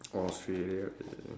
Australia